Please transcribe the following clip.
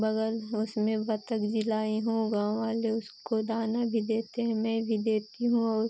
बग़ल है उसमें बत्तख जिलाई हूँ गाँव वाले उसको दाना भी देते हैं मैं भी देती हूँ और